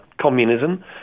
communism